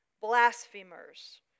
blasphemers